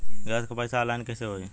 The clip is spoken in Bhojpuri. गैस क पैसा ऑनलाइन कइसे होई?